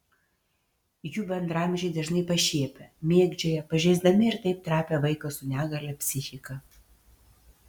jų bendraamžiai dažnai pašiepia mėgdžioja pažeisdami ir taip trapią vaiko su negalia psichiką